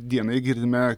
dienai girdime